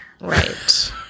Right